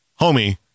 homie